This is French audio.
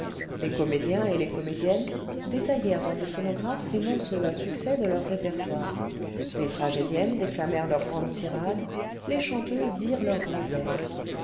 les comédiens et les comédiennes détaillèrent dans des phonographes les morceaux à succès de leur répertoire les tragédiennes déclamèrent leurs grandes tirades les chanteuses dirent leurs grands airs